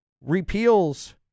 repeals